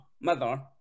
mother